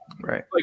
right